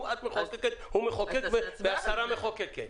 את מחוקקת, הוא מחוקק, והשרה מחוקקת.